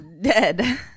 Dead